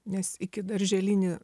nes ikidarželinį